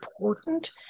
important